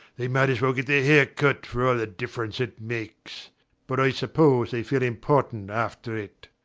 they might as well get their hair cut for all the difference it makes but i suppose they feel important after it.